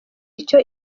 icyo